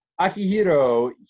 Akihiro